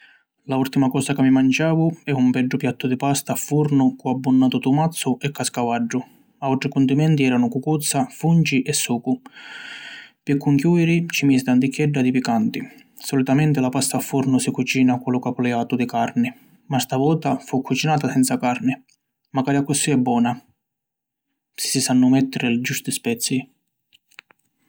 La urtima cosa ca mi manciavu è un beddu piattu di pasta a furnu cu abbunnatu tumazzu e cascavaddu. Autri cundimenti eranu cucuzza, funci e sucu. Pi cunchiudiri ci misi tanchiedda di picanti. Solitamenti la pasta a furnu si cucina cu lu capuliatu di carni, ma ‘sta vota fu cucinata senza carni. Macari accussì è bona si si sannu mettiri li giusti spezî.